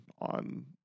on